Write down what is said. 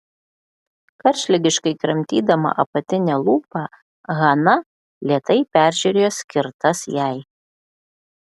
karštligiškai kramtydama apatinę lūpą hana lėtai peržiūrėjo skirtas jai